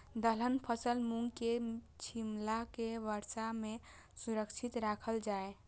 दलहन फसल मूँग के छिमरा के वर्षा में सुरक्षित राखल जाय?